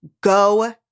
go